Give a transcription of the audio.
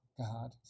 God